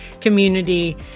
Community